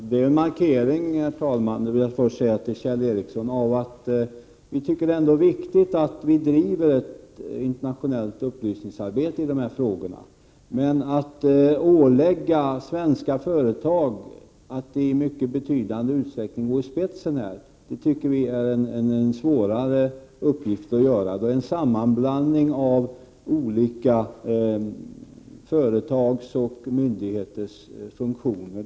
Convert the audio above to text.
Herr talman! Först vill jag säga till Kjell Ericsson att det är en markering att vi trots allt tycker det är viktigt att driva ett internationellt upplysningsarbete i de här frågorna. Men att ålägga svenska företag att i mycket betydande utsträckning gå i spetsen tycker vi är vanskligare. Då är det fråga om en sammanblandning av olika företags och myndigheters funktioner.